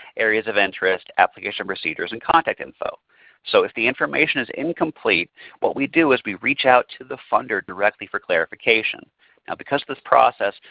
areas of interest, application procedures and contact information. and so so if the information is incomplete what we do is we reach out to the funder directly for clarification. now because this process,